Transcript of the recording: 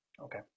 okay